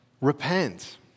repent